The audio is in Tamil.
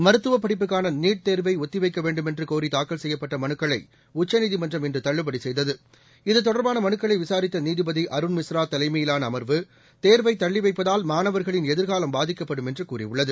மருத்துவப் படிப்புக்கான நீட் தேர்வை ஒத்தி வைக்க வேண்டுமென்று கோரி தாக்கல் செய்யப்பட்ட மனுக்களை உச்சநீதிமன்றம் இன்று தள்ளுபடி செய்தது இதுதொடர்பாள மனுக்களை விசாரித்த நீதிபதி அருண் மிஸ்ரா தலைமையிலான அமர்வு தேர்வை தள்ளி வைப்பதால் மாணவர்களின் எதிர்காலம் பாதிக்கப்படும் என்று கூறியுள்ளது